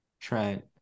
trent